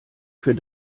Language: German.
für